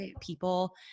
People